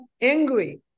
angry